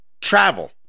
travel